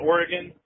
Oregon